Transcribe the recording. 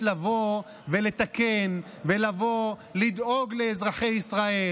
לבוא ולתקן ולבוא לדאוג לאזרחי ישראל.